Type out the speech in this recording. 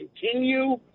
continue